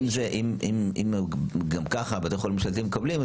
אם גם ככה בתי החולים הממשלתיים מקבלים,